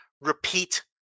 repeat